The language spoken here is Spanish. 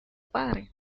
padre